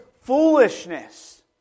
foolishness